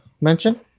mention